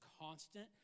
constant